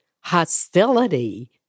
hostility